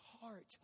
heart